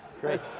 Great